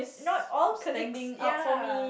not all colleagues yeah